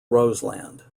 roseland